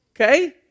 okay